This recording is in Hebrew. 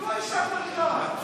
לא השתכנעתי בכלל.